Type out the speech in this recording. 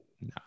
No